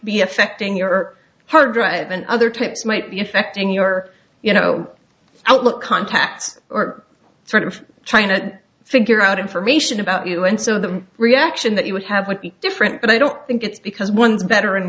be affecting your hard drive and other types might be affecting your you know outlook contacts are sort of trying to figure out information about you and so the reaction that you would have would be different but i don't think it's because one's better an